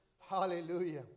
Hallelujah